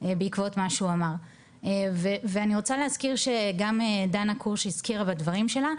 בעקבות מה שהוא אמר ואני רוצה להזכיר שגם דנה קורש הזכירה בדברים שלה,